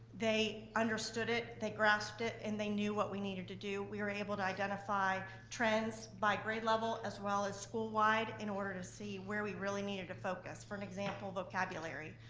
they understood it, they grasped it, and they knew what we needed to do. we were able to identify trends by grade level as well as school-wide in order to see where we really needed to focus. for example, vocabulary.